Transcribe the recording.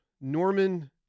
Norman